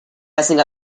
messing